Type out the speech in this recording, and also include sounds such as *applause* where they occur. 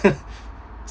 *laughs*